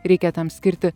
reikia tam skirti